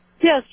Yes